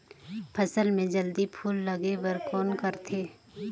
फसल मे जल्दी फूल लगे बर कौन करथे?